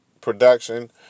production